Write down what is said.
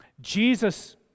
Jesus